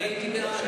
אני הייתי בעד.